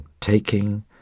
taking